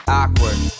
awkward